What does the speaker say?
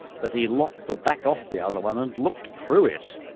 but he lopped the back off the other one and looked through it.